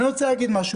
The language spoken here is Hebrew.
אני רוצה להגיד משהו.